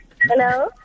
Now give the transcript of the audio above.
Hello